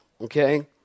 okay